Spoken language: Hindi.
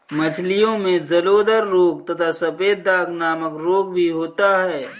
मछलियों में जलोदर रोग तथा सफेद दाग नामक रोग भी होता है